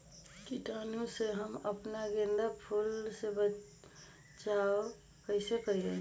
कीटाणु से हम अपना गेंदा फूल के बचाओ कई से करी?